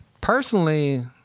Personally